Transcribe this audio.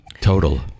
total